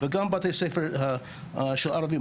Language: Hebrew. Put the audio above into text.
וגם בתי ספר של ערבים.